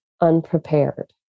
unprepared